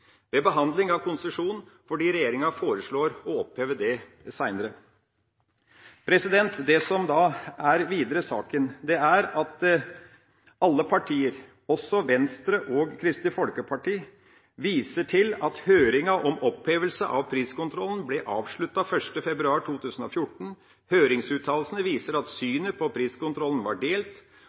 ved behandling av konsesjon, fordi regjeringa foreslår å oppheve det senere. Det som videre er saken, er at alle partier, også Venstre og Kristelig Folkeparti, viser til at høringa om opphevelse av priskontrollen ble avsluttet 1. februar 2014. Høringsuttalelsene viser at synet på priskontrollen var delt.